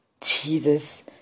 Jesus